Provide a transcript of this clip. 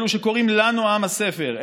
אלה שקוראים לנו עם הספר,